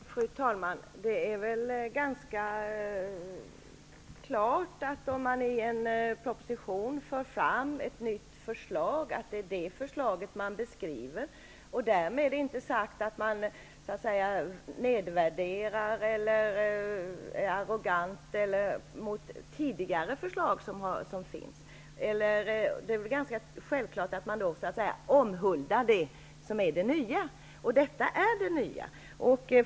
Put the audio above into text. Fru talman! Det är ganska klart att om man i en proposition för fram ett nytt förslag är det detta förslag som man beskriver. Därmed inte sagt att man nedvärderar eller är arrogant gentemot tidigare förslag. Det är väl ganska självklart att man då omhuldar det nya förslaget. Och detta är det nya förslaget.